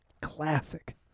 Classic